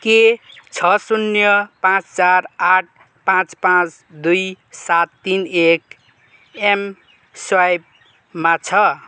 के छ शून्य पाँच चार आठ पाँच पाँच दुई सात तिन एक एम स्वाइपमा छ